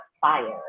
fire